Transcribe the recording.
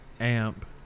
amp